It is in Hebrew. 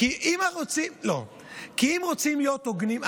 כי אם רוצים להיות הוגנים,